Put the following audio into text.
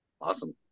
Awesome